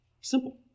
Simple